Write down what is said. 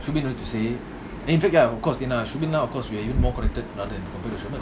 one thing to say more connected rather than compared to sherman